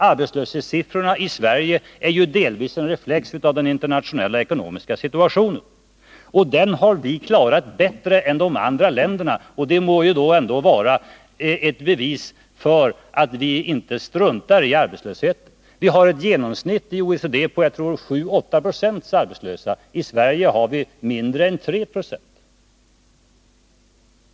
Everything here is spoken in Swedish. Arbetslöshetssiffrorna i Sverige är ju delvis en reflex av den internationella ekonomiska situationen. Den har vi klarat bättre än de andra länderna, och det må ändå kunna ses som ett bevis för att vi inte struntar i arbetslösheten. För OECD gäller ett genomsnitt på 7-8 Yo arbetslösa. I Sverige har vi mindre än 3 70.